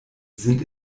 sind